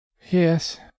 Yes